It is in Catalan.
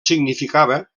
significava